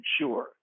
sure